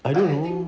I don't know